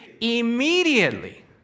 Immediately